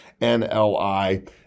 NLI